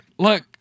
Look